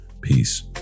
Peace